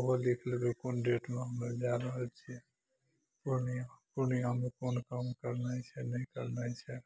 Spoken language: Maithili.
ऑहो लिखि लेबै कोन डेटमे हम अर जा रहल छियै पूर्णियाँ पूर्णियाँमे कोन काम करनाइ छै नहि करनाइ छै